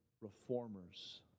reformers